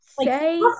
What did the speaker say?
say